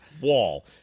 wall